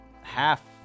half